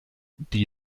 die